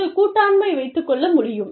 நீங்கள் கூட்டாண்மை வைத்துக் கொள்ள முடியும்